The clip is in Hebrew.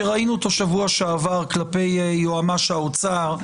שראינו אותו בשבוע שעבר כלפי היועץ המשפטי של האוצר,